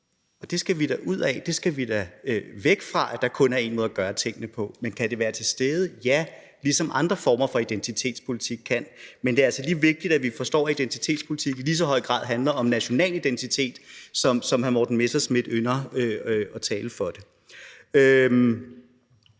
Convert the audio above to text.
og det skal vi da ud af, det skal vi da væk fra; at der kun er én måde at gøre tingene på. Men kan det være til stede? Ja, ligesom andre former for identitetspolitik kan, men det er altså vigtigt, at vi lige forstår, at identitetspolitik i lige så høj grad handler om national identitet, som hr. Morten Messerschmidt ynder at tale for.